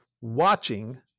watching